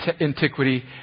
antiquity